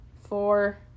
four